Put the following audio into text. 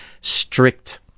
strict